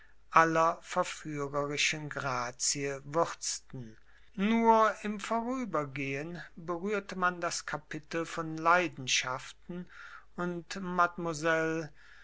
aller verführerischen grazie würzten nur im vorübergehen berührte man das kapitel von leidenschaften und